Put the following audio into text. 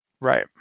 Right